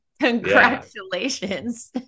Congratulations